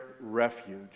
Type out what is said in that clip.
refuge